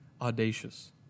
audacious